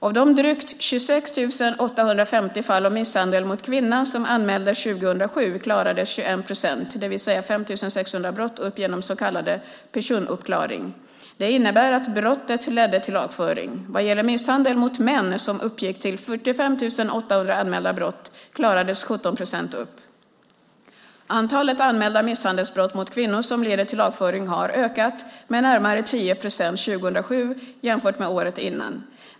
Av de drygt 26 850 fall av misshandel mot kvinna som anmäldes år 2007 klarades 21 procent, det vill säga 5 600 brott, upp genom så kallad personuppklaring. Det innebär att brottet ledde till lagföring. Vad gäller misshandel mot män som uppgick till 45 800 anmälda brott klarades 17 procent upp. Antalet anmälda misshandelsbrott mot kvinnor som leder till lagföring har ökat med närmare 10 procent år 2007 jämfört med året innan.